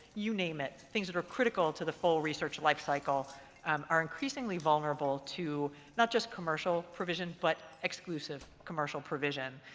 you name it things that are critical to the full research lifecycle um are increasingly vulnerable to not just commercial provision but exclusive commercial provision.